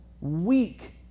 weak